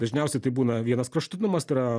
dažniausiai tai būna vienas kraštutinumas tai yra